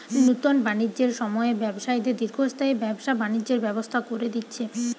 নুতন বাণিজ্যের সময়ে ব্যবসায়ীদের দীর্ঘস্থায়ী ব্যবসা বাণিজ্যের ব্যবস্থা কোরে দিচ্ছে